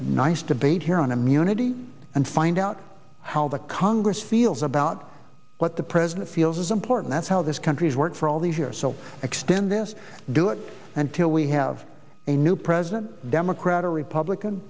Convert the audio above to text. nice debate here on immunity and find out how the congress feels about what the president feels as important as how this country's work for all the here so extend this do it until we have a new president democrat or republican